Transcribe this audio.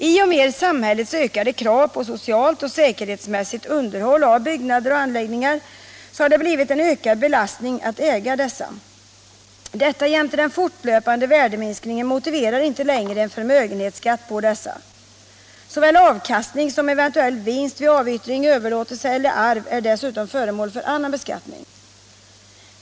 I och med samhällets ökade krav på socialt och säkerhetsmässigt underhåll av byggnader och anläggningar har det blivit en ökad belastning att äga dem. Detta jämte den fortlöpande värdeminskningen motiverar inte längre en förmögenhetsskatt på dessa. Såväl avkastning som eventuell vinst vid avyttring, överlåtelse eller arv är dessutom föremål för annan beskattning.